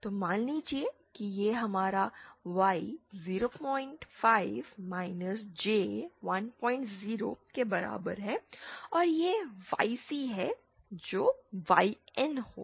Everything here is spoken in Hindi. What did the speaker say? तो मान लीजिए कि हमारा Y 05 J10 के बराबर है और यह YC है जो YN होगा